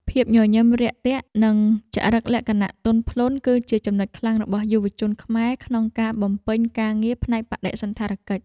ភាពញញឹមរាក់ទាក់និងចរិតលក្ខណៈទន់ភ្លន់ គឺជាចំណុចខ្លាំងរបស់យុវជនខ្មែរក្នុងការបំពេញការងារផ្នែកបដិសណ្ឋារកិច្ច។